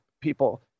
people